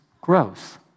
growth